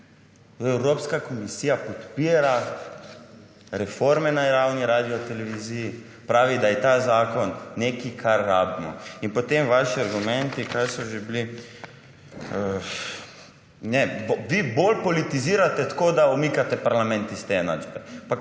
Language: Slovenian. Evropska komisija podpira reforme na javni radioteleviziji. Pravi, da je ta zakon nekaj, kar rabimo. In potem vaši argumenti – kaj so že bili – »ne, vi bolj politizirate tako, da umikate parlament iz te enačbe«.